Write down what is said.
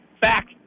back